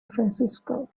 francisco